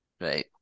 Right